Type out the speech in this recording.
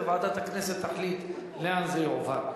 וועדת הכנסת תחליט לאן זה יועבר.